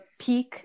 peak